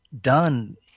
done